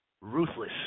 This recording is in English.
Ruthless